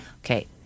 Okay